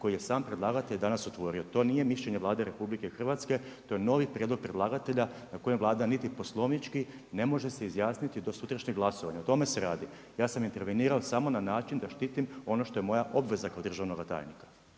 koji je sam predlagatelj danas otvorio. To nije mišljenje Vlade RH, to je novi prijedlog predlagatelja na kojem Vlada niti poslovnički ne može se izjasniti do sutrašnjeg glasovanja. O tome se radi. Ja sam intervenirao samo na način da štitim ono što je moja obveza kao državnoga tajnika.